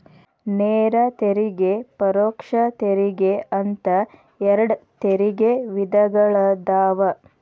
ನೇರ ತೆರಿಗೆ ಪರೋಕ್ಷ ತೆರಿಗೆ ಅಂತ ಎರಡ್ ತೆರಿಗೆ ವಿಧಗಳದಾವ